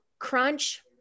crunch